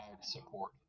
support